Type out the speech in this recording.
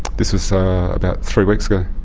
this was about three weeks ago.